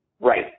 Right